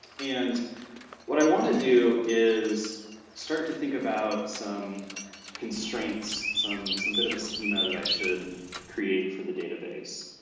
and what i wanna do is start to think about some constraints, some some bit of a schema that i should create for the database.